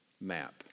map